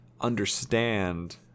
understand